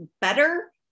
better